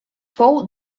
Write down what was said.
fou